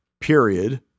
period